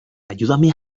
ayúdame